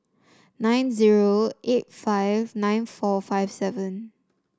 nine zero eight five nine four five seven